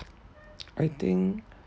I think